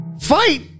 Fight